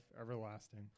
everlasting